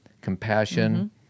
Compassion